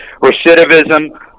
Recidivism